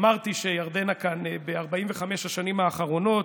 אמרתי שירדנה כאן ב-45 השנים האחרונות,